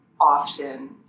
often